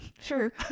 Sure